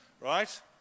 right